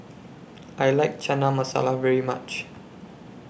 I like Chana Masala very much